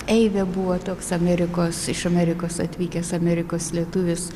eivė buvo toks amerikos iš amerikos atvykęs amerikos lietuvis